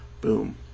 Boom